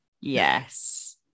Yes